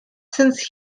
since